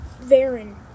Varen